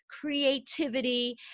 creativity